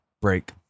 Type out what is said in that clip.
break